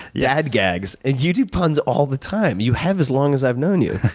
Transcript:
yeah dad gags. you do puns all the time. you have as long as i've known you.